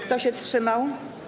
Kto się wstrzymał?